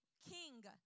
king